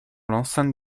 l’enceinte